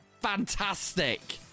Fantastic